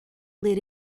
ler